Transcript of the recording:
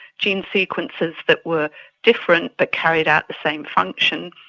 gene sequences that were different but carried out the same functions,